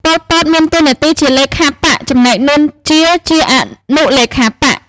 ប៉ុល ពត មានតួនាទីជាលេខាបក្ស ចំណែក នួន ជា ជាអនុលេខាបក្ស។